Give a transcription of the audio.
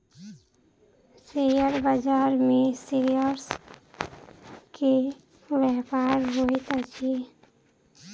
share बाजार में shares के व्यापार होइत अछि